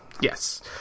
yes